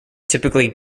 typically